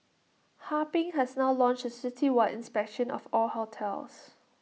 Harbin has now launched A citywide inspection of all hotels